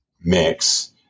mix